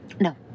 No